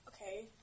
okay